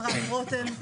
אפרת רותם,